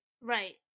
Right